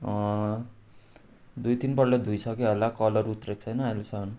दुई तिनपल्ट धोइसकेँ होला कलर उत्रेको थिएन अहिलेसम्म